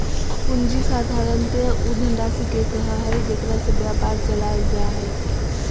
पूँजी साधारणतय उ धनराशि के कहइ हइ जेकरा से व्यापार चलाल जा हइ